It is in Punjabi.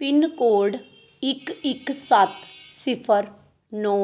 ਪਿੰਨ ਕੋਡ ਇੱਕ ਇੱਕ ਸੱਤ ਸਿਫਰ ਨੌ